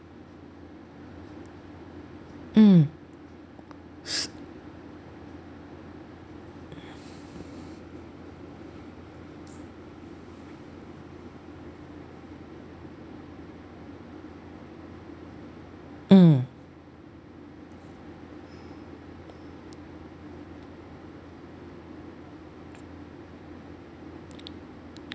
mm mm